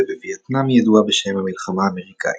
ובווייטנאם היא ידועה בשם "המלחמה האמריקאית".